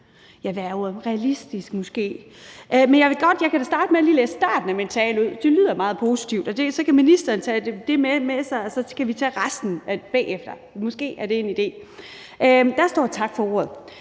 er ordet, realistisk måske. Men jeg kan da starte med lige at læse starten af min tale op, for den lyder meget positiv, og så kan ministeren tage det med sig, og så kan vi tage resten bagefter. Måske er det en idé. Der står: Tak for ordet.